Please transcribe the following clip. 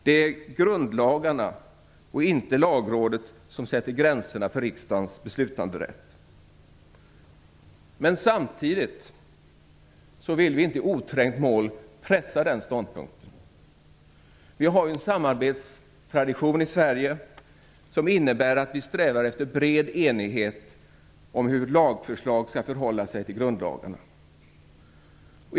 Det är grundlagarna och inte Lagrådet som sätter gränser för riksdagens beslutanderätt. Men samtidigt vill vi inte i oträngt mål pressa den ståndpunkten. Vi har ju en samarbetstradition i Sverige som innebär att vi strävar efter bred enighet om hur lagförslag skall förhålla sig till grundlagarna.